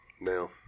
Now